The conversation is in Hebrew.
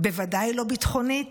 בוודאי לא ביטחונית,